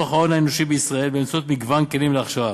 ההון האנושי בישראל באמצעות מגוון כלים להכשרה